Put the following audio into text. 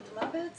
את מה בעצם?